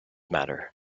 matter